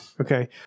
okay